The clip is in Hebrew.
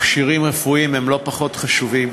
מכשירים רפואיים הם לא פחות חשובים,